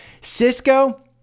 Cisco